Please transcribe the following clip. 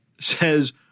says